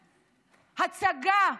הצגה,